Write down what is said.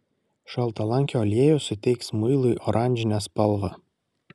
šaltalankio aliejus suteiks muilui oranžinę spalvą